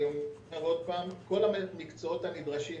כל המקצועות הנדרשים,